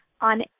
on